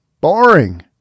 boring